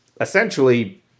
essentially